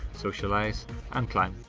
socialise and climb.